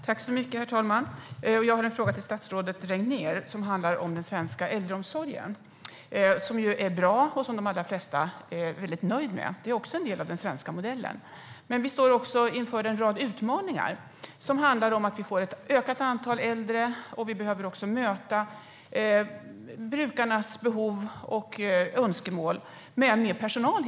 Herr talman! Jag har en fråga till statsrådet Regnér, och den handlar om den svenska äldreomsorgen. Den är bra, och de allra flesta är väldigt nöjda med den. Den är en del av den svenska modellen. Vi står dock inför en rad utmaningar. Vi får ett ökat antal äldre, och vi behöver helt enkelt möta brukarnas behov och önskemål med mer personal.